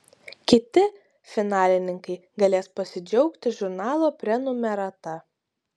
kiti finalininkai galės pasidžiaugti žurnalo prenumerata